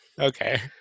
Okay